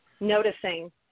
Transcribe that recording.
noticing